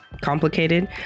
complicated